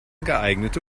geeignete